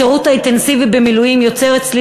השירות האינטנסיבי במילואים יוצר אצלי